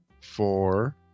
Four